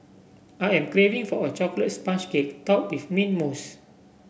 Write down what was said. I am craving for a chocolate sponge cake top with mint mousse